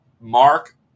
mark